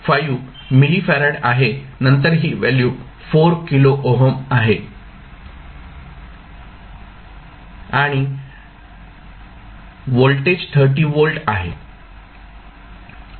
5 millifarad आहे नंतर ही व्हॅल्यू 4 किलो ओहम आहे आणि व्होल्टेज 30 व्होल्ट आहे